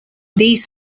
these